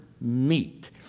meet